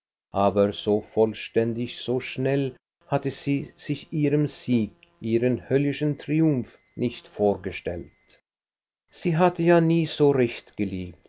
aber so vollständig so schnell hatte sie sich ihren sieg ihren höllischen triumph nicht vorgestellt sie hatte ja nie so recht geliebt